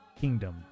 Kingdom